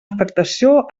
afectació